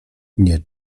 nie